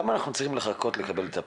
אבל למה אנחנו צריכים לחכות לקבל פניות?